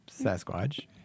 Sasquatch